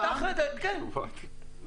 אני